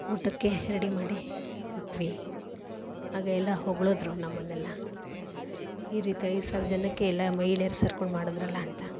ಊಟಕ್ಕೆ ರೆಡಿ ಮಾಡಿ ಕೊಟ್ವಿ ಹಾಗೇ ಎಲ್ಲ ಹೊಗಳಿದ್ರು ನಮ್ಮನ್ನೆಲ್ಲಾ ಈ ರೀತಿ ಐದು ಸಾವಿರ ಜನಕ್ಕೆ ಎಲ್ಲ ಮಹಿಳೆಯರು ಸೇರ್ಕೊಂಡು ಮಾಡಿದ್ರಲ್ಲ ಅಂತ